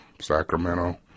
Sacramento